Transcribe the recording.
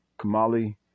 Kamali